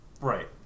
right